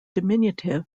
diminutive